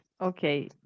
okay